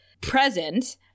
present